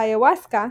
באיוואסקה,